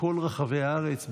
בכל רחבי הארץ,